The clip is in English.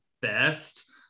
best